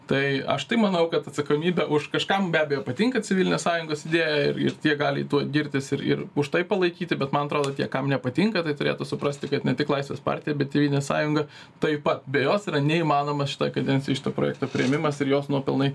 tai aš tai manau kad atsakomybę už kažkam be abejo patinka civilinės sąjungos idėja ir ir tie gali tuo girtis ir ir už tai palaikyti bet man atrodo tie kam nepatinka tai turėtų suprasti kad ne tik laisvės partija bet tėvynės sąjunga taip pat be jos yra neįmanoma šitoj kadencijoj šito projekto priėmimas ir jos nuopelnai